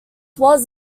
was